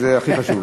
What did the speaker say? זה הכי חשוב.